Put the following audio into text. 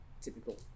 typical